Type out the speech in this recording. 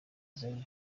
zari